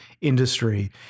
industry